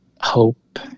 hope